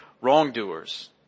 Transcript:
wrongdoers